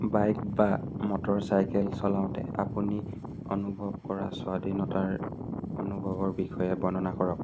bike বা motorcycle চলাওঁতে আপুনি অনুভৱ কৰা স্বাধীনতাৰ অনুভৱৰ বিষয়ে বৰ্ণনা কৰক